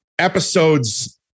Episodes